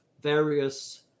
various